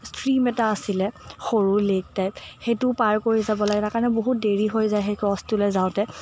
stream এটা আছিলে সৰু লেক টাইপ সেইটো পাৰ কৰি যাব লাগে তাৰ কাৰণে বহুত দেৰি হৈ যায় ক্ৰছটোলৈ যাওঁতে